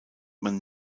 man